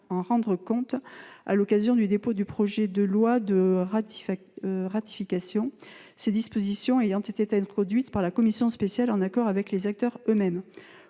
en rendre compte au Parlement lors du dépôt du projet de loi de ratification. Ces dispositions ayant été introduites par la commission spéciale, en accord avec les acteurs eux-mêmes,